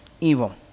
evil